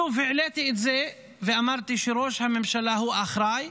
שוב העליתי את זה, ואמרתי שראש הממשלה אחראי,